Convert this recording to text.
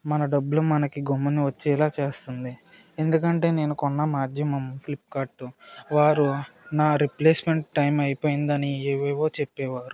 మన డబ్భులుమనకి గొమ్మున వచ్చేలా చేస్తుంది ఎందుకంటే నేను కొన్న మాధ్యమం ఫ్లిప్కార్టు తో వారు నా రిప్లేస్మెంట్ టైం అయిపోయిందని ఏవేవో చెప్పేవారు